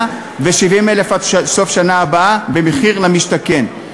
ו-70,000 עד סוף השנה הבאה במחיר למשתכן.